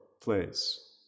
place